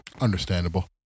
Understandable